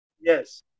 Yes